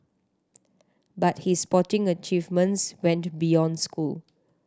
but his sporting achievements went beyond school